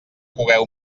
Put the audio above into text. cogueu